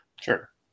sure